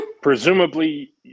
presumably